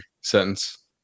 sentence